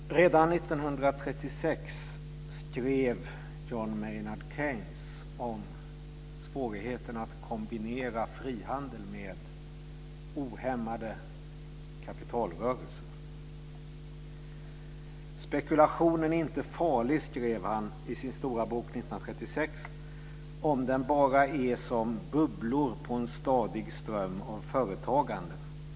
Fru talman! Redan 1936 skrev John Maynard Keynes om svårigheterna att kombinera frihandel med ohämmade kapitalrörelser. Spekulationen är inte farlig, skrev han i sin stora bok 1936, om den bara är som "bubblor på en stadig ström av företagande".